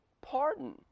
pardon